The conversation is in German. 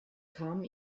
kamen